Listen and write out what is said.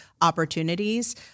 opportunities